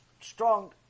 strong